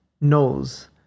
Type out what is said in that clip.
knows